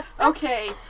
Okay